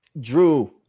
Drew